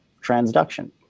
transduction